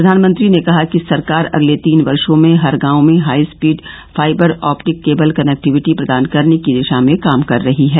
प्रधानमंत्री ने कहा कि सरकार अगले तीन वर्षो में हर गांव में high speed fibre optic cable connectivity प्रदान करने की दिशा में काम कर रही है